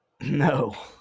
No